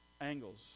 angles